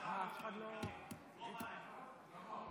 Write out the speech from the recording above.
יש סיבה לזה שאת לא קיבלת תפקיד